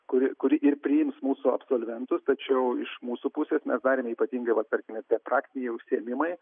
kuri kuri ir priims mūsų absolventus tačiau iš mūsų pusės mes darėme ypatingai va tarkime tie praktiniai užsiėmimai